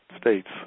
States